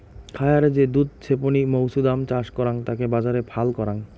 খায়ারে যে দুধ ছেপনি মৌছুদাম চাষ করাং তাকে বাজারে ফাল করাং